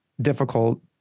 difficult